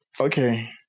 okay